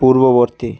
পূর্ববর্তী